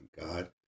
God